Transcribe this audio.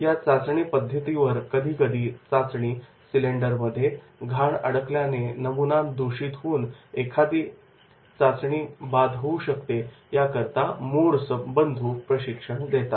या चाचणीच्या पद्धतीवर कधीकधी चाचणी सिलेंडरमध्ये घाण अडकल्याने नमुना दूषित होऊन एखादी चाचणी बाद होऊ शकते याकरिता मोर्स बंधू प्रशिक्षण देतात